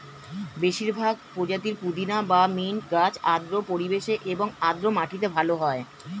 বেশিরভাগ প্রজাতির পুদিনা বা মিন্ট গাছ আর্দ্র পরিবেশ এবং আর্দ্র মাটিতে ভালো হয়